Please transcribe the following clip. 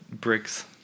bricks